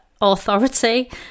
authority